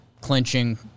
clinching